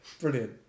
Brilliant